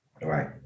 Right